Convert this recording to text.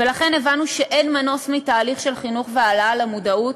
ולכן הבנו שאין מנוס מתהליך של חינוך והעלאה למודעות,